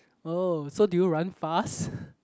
oh so do you run fast